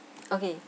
okay